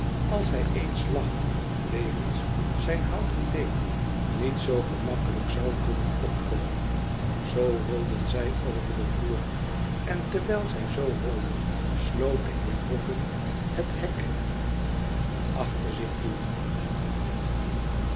als hij eens lag wegens zijn hoaten been niet zoo gemakkelijk zou kunnen opkomen zoo rolden zij over den vloer en terwijl zij zoo rolden sloot de heer boffin het hek achter zich toe